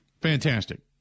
fantastic